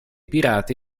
pirati